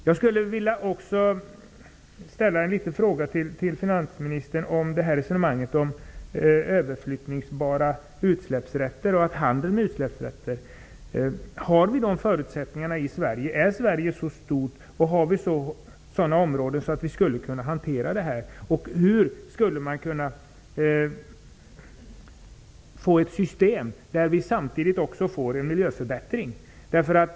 Jag skulle också vilja ställa ett par frågor till finansministern om resonemanget kring överflyttningsbara utsläppsrätter och handeln med utsläppsrätter. Har vi de förutsättningarna i Sverige? Är Sverige så stort, och har vi sådana områden så att vi skulle kunna hantera det här? Hur skulle vi kunna gå till väga för att skapa ett system som samtidigt innebär en miljöförbättring?